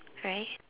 right